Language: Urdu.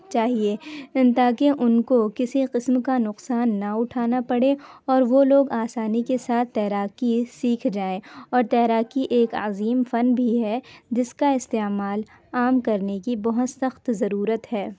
چاہیے تاکہ ان کو کسی قسم کا نقصان نہ اٹھانا پڑے اور وہ لوگ آسانی کے ساتھ تیراکی سیکھ جائیں اور تیراکی ایک عظیم فن بھی ہے جس کا استعمال عام کرنے کی بہت سخت ضرورت ہے